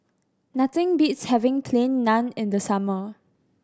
nothing beats having Plain Naan in the summer